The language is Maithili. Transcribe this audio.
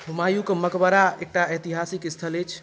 हुमायूँके मकबरा एकटा ऐतिहासिक स्थल अछि